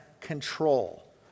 control